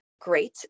great